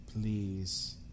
please